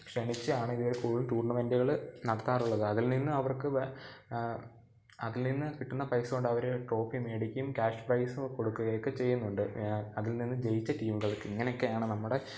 ക്ഷണിച്ചാണ് ഇതിൽ കൂടുതലും ടൂർണമെൻ്റുകൾ നടത്താറുള്ളത് അതിൽ നിന്ന് അവർക്ക് അതിൽ നിന്ന് കിട്ടണ പൈസ കൊണ്ട് അവർ ട്രോഫി മേടിക്കും ക്യാഷ് പ്രൈസ് കൊടുക്കുകയൊക്കെ ചെയ്യുന്നുണ്ട് അതിൽ നിന്ന് ജയിച്ച് ടീമുകൾക്ക് ഇങ്ങനെയൊക്കെയാണ് നമ്മുടെ